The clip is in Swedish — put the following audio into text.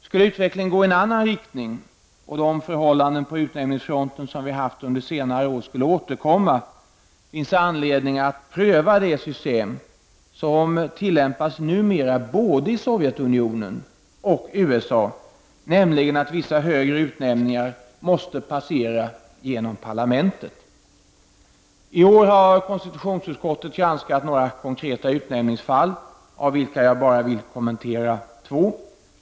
Skulle utvecklingen gå i en annan riktning, och de förhållanden på utnämningsfronten som vi har haft under senare år skulle återkomma, finns det anledning att pröva det system som tillämpas numera i både Sovjet och USA, nämligen att vissa högre utnämningar måste passera genom parlamentet. I år har konstitutionsutskottet granskat några konkreta utnämningsfall, av vilka jag vill kommentera bara två.